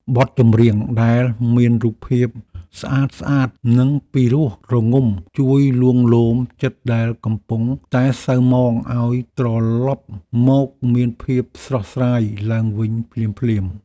បទចម្រៀងដែលមានរូបភាពស្អាតៗនិងពីរោះរងំជួយលួងលោមចិត្តដែលកំពុងតែសៅហ្មងឱ្យត្រឡប់មកមានភាពស្រស់ស្រាយឡើងវិញភ្លាមៗ។